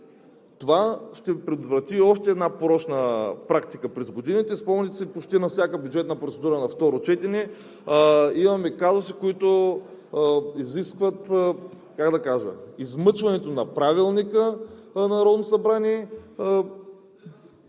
Това ще предотврати още една порочна практика през годините. Спомняте си, почти на всяка бюджетна процедура на второ четене, имаме казуси, които изискват измъчването на Правилника на